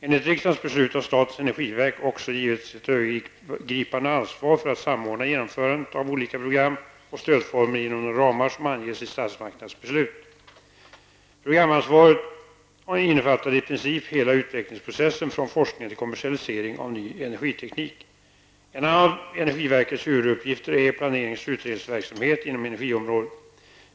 Enligt riksdagens beslut har statens energiverk också givits ett övergripande ansvar för att samordna genomförandet av olika program och stödformer inom de ramar som anges i statsmakternas beslut. Programansvaret innefattar i princip hela utvecklingsprocessen från forskning till kommersialisering av ny energiteknik. En annan av energiverkets huvuduppgifter är planerings och utredningsverksamhet inom energiområdet.